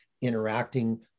interacting